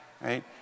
right